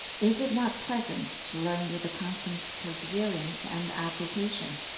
is it not pleasant to learn with a constant perseverance and application?